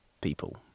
people